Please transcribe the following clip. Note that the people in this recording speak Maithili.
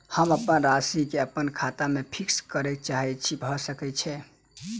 हम अप्पन राशि केँ अप्पन खाता सँ फिक्स करऽ चाहै छी भऽ सकै छै?